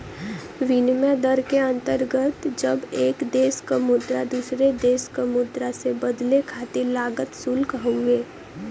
विनिमय दर के अंतर्गत जब एक देश क मुद्रा दूसरे देश क मुद्रा से बदले खातिर लागल शुल्क हउवे